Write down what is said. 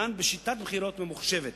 זה דן בשיטת בחירות ממוחשבת.